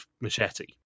machete